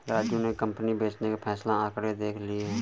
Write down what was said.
राजू ने कंपनी बेचने का फैसला आंकड़े देख के लिए